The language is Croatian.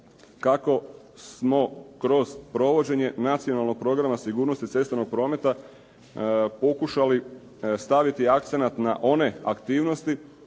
kako smo kroz provođenje Nacionalnog programa sigurnosti cestovnog prometa pokušali staviti akcent na one aktivnosti